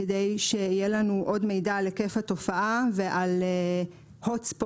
כדי שיהיה לנו עוד מידע על היקף התופעה ועל Hot spots